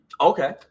Okay